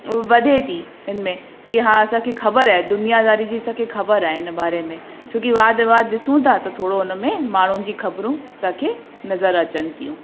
वधे थी हिन में कि हा असांखे ख़बर आहे दुनियादारी जी असांखे ख़बर आहे हिन बारे में छोकी वाद विवाद ॾिसूं था त थोरो हुन में माण्हुनि जी ख़बरूं असांखे नज़र अचनि थियूं